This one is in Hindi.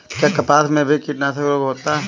क्या कपास में भी कीटनाशक रोग होता है?